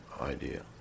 idea